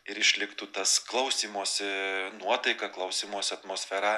ir išliktų tas klausymosi nuotaika klausymosi atmosfera